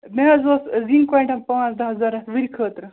مےٚ حظ اوس زِنگ کۄینٛٹل پانٛژھ دَہ ضوٚرَتھ ؤرِ خٲطرٕ